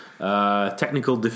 Technical